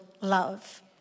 love